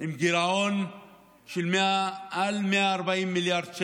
עם גירעון של מעל 140 מיליארד,